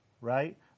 right